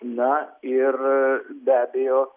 na ir be abejo